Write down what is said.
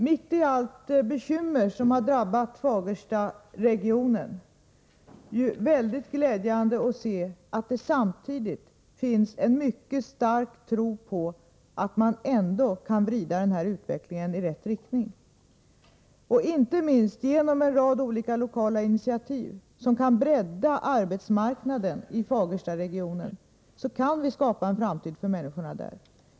Mitt i alla bekymmer som har drabbat Fagerstaregionen är det dock mycket glädjande att se att det samtidigt finns en mycket stark tro på att man ändå kan vrida utvecklingen i rätt riktning. Inte minst genom en rad olika lokala initiativ som syftar till en breddning av arbetsmarknaden i Fagerstaregionen kan vi skapa en framtid för människorna där.